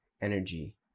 energy